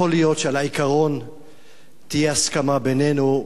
יכול להיות שעל העיקרון תהיה הסכמה בינינו,